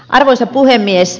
arvoisa puhemies